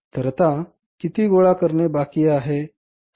तर किती गोळा करणे बाकी आहे